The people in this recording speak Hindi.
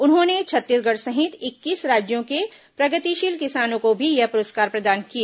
उन्होंने छत्तीसगढ़ सहित इक्कीस राज्यों के प्रगतिशील किसानों को भी यह पुरस्कार प्रदान किए